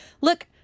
look